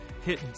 hit